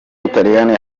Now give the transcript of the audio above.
butaliyani